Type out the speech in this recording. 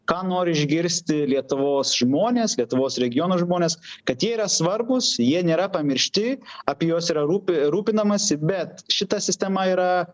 ką nori išgirsti lietuvos žmonės lietuvos regiono žmonės kad jie yra svarbūs jie nėra pamiršti apie jos yra rūpi rūpinamasi bet šita sistema yra